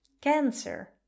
Cancer